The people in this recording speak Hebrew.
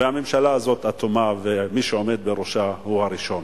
והממשלה הזאת אטומה, ומי שעומד בראשה הוא הראשון.